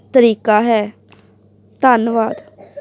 ਤਰੀਕਾ ਹੈ ਧੰਨਵਾਦ